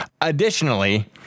Additionally